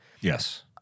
Yes